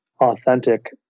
authentic